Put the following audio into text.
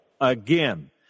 again